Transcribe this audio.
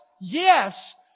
yes